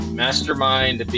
mastermind